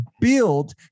build